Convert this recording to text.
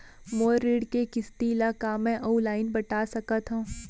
मोर ऋण के किसती ला का मैं अऊ लाइन पटा सकत हव?